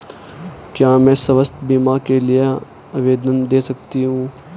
क्या मैं स्वास्थ्य बीमा के लिए आवेदन दे सकती हूँ?